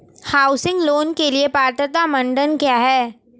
Housing loan के लिए पात्रता मानदंड क्या हैं?